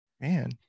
Man